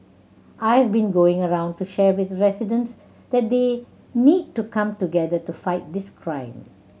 I have been going around to share with residents that they need to come together to fight this crime